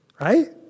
right